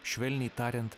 švelniai tariant